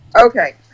Okay